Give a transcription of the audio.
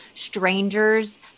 strangers